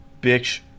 bitch